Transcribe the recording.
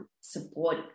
support